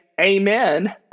Amen